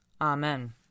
Amen